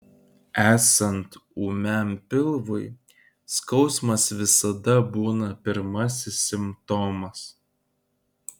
esant ūmiam pilvui skausmas visada būna pirmasis simptomas